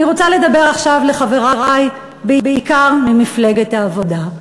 אני רוצה לדבר עכשיו לחברי, בעיקר ממפלגת העבודה.